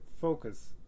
focus